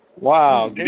Wow